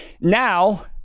Now